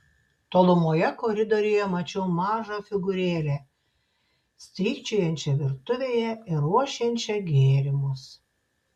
tolumoje koridoriuje mačiau mažą figūrėlę strykčiojančią virtuvėje ir ruošiančią gėrimus